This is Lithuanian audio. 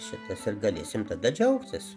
šitas ir galėsim tada džiaugtis